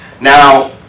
Now